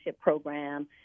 program